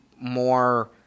more